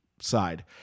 side